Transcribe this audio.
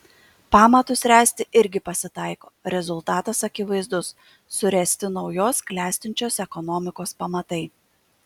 pamatus ręsti irgi pasitaiko rezultatas akivaizdus suręsti naujos klestinčios ekonomikos pamatai